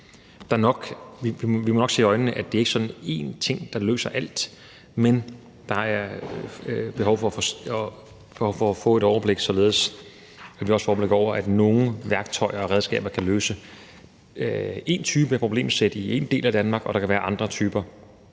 at vi nok må se i øjnene, at der ikke er sådan en ting, der løser alt, men der er behov for at få et overblik, også et overblik over, hvilke værktøjer og redskaber der kan løse en type problemer i en del af Danmark, og hvilke andre der